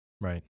right